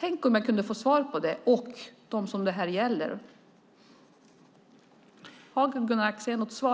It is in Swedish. Tänk om jag och de som det här gäller kunde få svar. Har Gunnar Axén något svar?